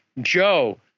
Joe